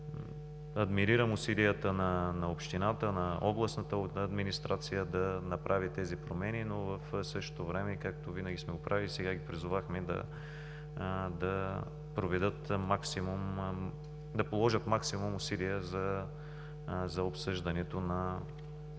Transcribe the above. Адмирирам усилията на общината и на областната администрация да направят тези промени, но в същото време, и както винаги сме го правили, сега ги призовахме да положат максимум усилия за обсъждането на този